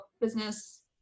business